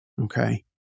Okay